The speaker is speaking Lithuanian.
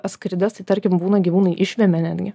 askarides tai tarkim būna gyvūnai išvemia netgi